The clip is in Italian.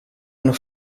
hanno